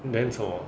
then 什么